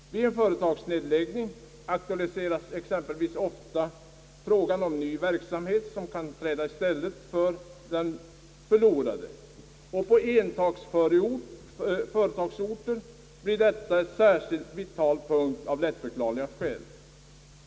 Vid en företagsnedläggning aktualiseras exempelvis ofta frågan om ny verksamhet som kan träda i stället för den förlorade. På enföretagsorter blir detta en särskilt vital punkt, av lättförklarliga skäl.